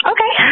Okay